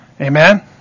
Amen